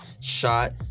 shot